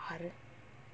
ஆறு:aaru